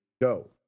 go